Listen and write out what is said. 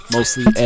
Mostly